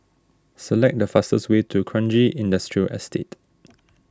select the fastest way to Kranji Industrial Estate